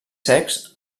secs